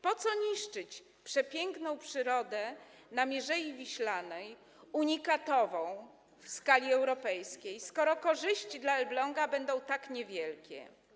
Po co niszczyć przepiękną przyrodę na Mierzei Wiślanej, unikatową w skali europejskiej, skoro korzyści dla Elbląga będą tak niewielkie?